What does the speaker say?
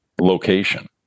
location